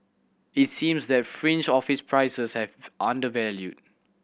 it seems that fringe office prices have undervalued